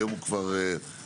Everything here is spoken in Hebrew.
היום הוא כבר פרש,